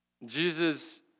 Jesus